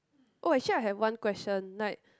oh actually I have one question like